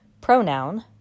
pronoun